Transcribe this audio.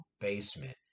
basement